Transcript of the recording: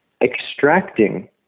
extracting